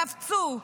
קפצו,